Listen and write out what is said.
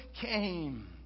came